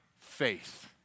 faith